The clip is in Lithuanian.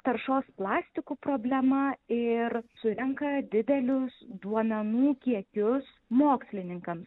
taršos plastikų problemą ir surenka didelius duomenų kiekius mokslininkams